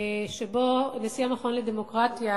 שבו נשיא המכון לדמוקרטיה,